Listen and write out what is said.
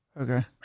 okay